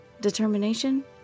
Determination